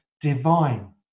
divine